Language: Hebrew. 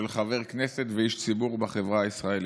חבר הכנסת ואיש ציבור בחברה הישראלי.